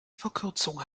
verkürzung